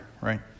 right